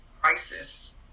crisis